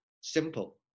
simple